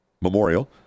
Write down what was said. memorial